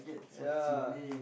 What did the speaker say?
ya